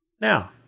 Now